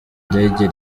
ndege